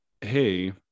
Hey